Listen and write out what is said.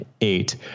eight